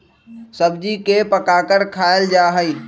सब्जी के पकाकर खायल जा हई